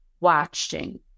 watching